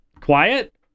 quiet